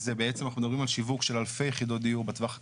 אז בעצם אנחנו מדברים על שיווק של אלפי יחידות דיור בטווח הקצר.